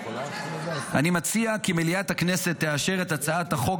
אני מציע כי מליאת הכנסת תאשר את הצעת החוק